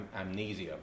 amnesia